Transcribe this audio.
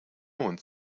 und